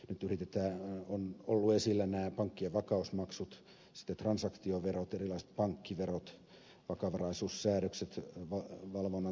nyt ovat olleet esillä nämä pankkien vakausmaksut sitten transaktioverot erilaiset pankkiverot vakavaraisuussäädökset valvonnan tehostaminen